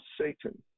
Satan